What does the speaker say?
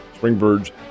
Springbirds